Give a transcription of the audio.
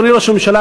אדוני ראש הממשלה,